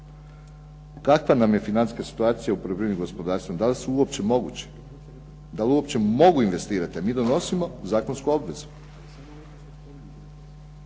Kakva nam je financijska situacija u poljoprivrednim gospodarstvima, da li su uopće mogući. Da li uopće mogu investirati, a mi donosimo zakonsku obvezu.